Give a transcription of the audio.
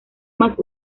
más